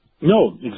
No